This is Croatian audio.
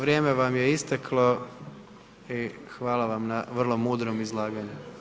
Vrijeme vam je isteklo i hvala vam na vrlo mudrom izlaganju.